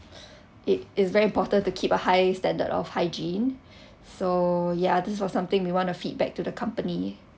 it is very important to keep a high standard of hygiene so ya this was something we wanna feedback to the company